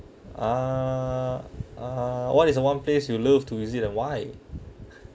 a'ah ah what is the one place you love to visit and why